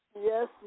Yes